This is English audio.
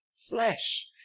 Flesh